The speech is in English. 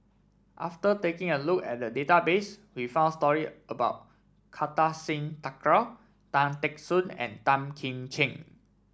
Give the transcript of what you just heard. after taking a look at the database we found story about Kartar Singh Thakral Tan Teck Soon and Tan Kim Ching